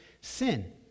sin